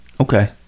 Okay